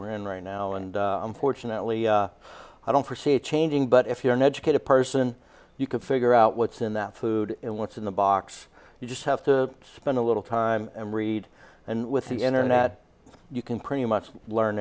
we're in right now and unfortunately i don't forsee changing but if you're an educated person you can figure out what's in that food and what's in the box you just have to spend a little time and read and with the internet you can pretty much learn